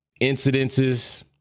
incidences